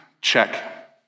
check